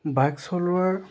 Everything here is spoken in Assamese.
বাইক চলোৱাৰ